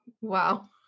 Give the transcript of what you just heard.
Wow